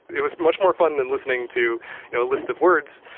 it was much more fun than listening to you know a list of words.